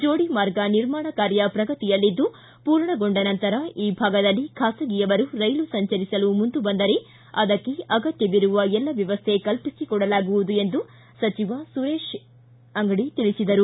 ಜೋಡಿ ಮಾರ್ಗ ನಿರ್ಮಾಣ ಕಾರ್ಯ ಪ್ರಗತಿಯಲ್ಲಿದ್ದು ಪೂರ್ಣಗೊಂಡನಂತರ ಈ ಭಾಗದಲ್ಲಿ ಖಾಸಗಿಯವರು ರೈಲು ಸಂಚರಿಸಲು ಮುಂದುಬಂದರೆ ಅದಕ್ಕೆ ಆಗತ್ಯವಿರುವ ಎಲ್ಲ ವ್ಯವಸ್ಥೆ ಕಲ್ಪಿಸಿಕೊಡಲಾಗುವುದು ಎಂದು ಸಚಿವ ಸುರೇಶ ಅಂಗಡಿ ತಿಳಿಸಿದರು